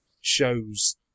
shows